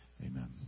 amen